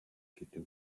гэдэг